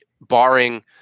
barring